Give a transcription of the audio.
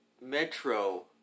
Metro